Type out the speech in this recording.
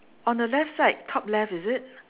on the left side top left is it